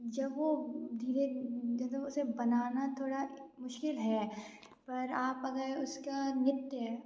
जब वो धीरे धीरे उसे बनाना थोड़ा मुश्किल है पर आप अगर उसका नित्य